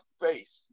faith